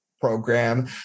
program